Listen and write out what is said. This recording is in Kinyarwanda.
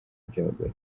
by’abagore